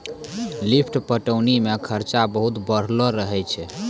lift पटौनी मे खरचा बहुत बढ़लो रहै छै